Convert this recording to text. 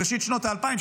בראשית שנות ה-2000,